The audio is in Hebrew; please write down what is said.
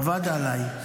עבד עליי.